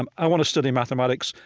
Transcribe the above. um i want to study mathematics.